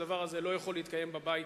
נדמה לי שהדבר הזה לא יכול להתקיים בבית